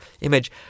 image